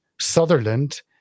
Sutherland